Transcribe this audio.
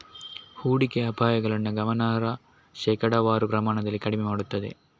ಹೂಡಿಕೆ ಅಪಾಯಗಳನ್ನು ಗಮನಾರ್ಹ ಶೇಕಡಾವಾರು ಪ್ರಮಾಣದಲ್ಲಿ ಕಡಿಮೆ ಮಾಡುತ್ತದೆ